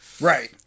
Right